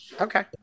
okay